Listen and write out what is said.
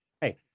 Hey